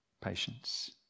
patience